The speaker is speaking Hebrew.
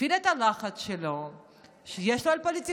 הפעיל את הלחץ שיש לו על פוליטיקאים,